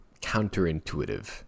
counterintuitive